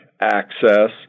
access